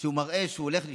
שהוא מראה שהוא הולך להשתלב,